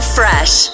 fresh